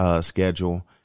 schedule